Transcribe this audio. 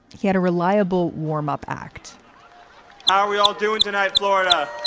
he had a reliable, warm up act how are we all doing tonight? florida,